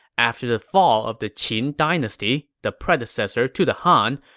after the fall of the qin dynasty, the predecessor to the han,